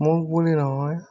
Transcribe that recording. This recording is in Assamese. মোক বুলি নহয়